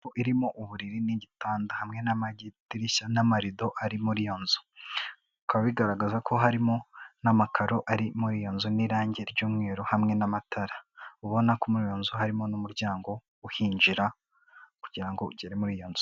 Irimo uburiri n'igitanda hamwe n'amagidirishya n'amarido ari muri iyo nzu, bikaba bigaragaza ko harimo n'amakaro ari muri iyo nzu n'irangi ry'umweru hamwe n'amatara, ubona ku muri iyo nzu harimo n'umuryango uhinjira kugirango ugere muri iyo nzu.